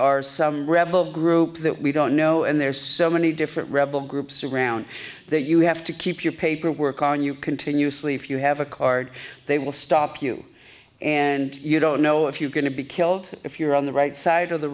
are some rebel group that we don't know and there's so many different rebel groups around that you have to keep your paperwork on you continuously if you have a card they will stop you and you don't know if you're going to be killed if you're on the right side of the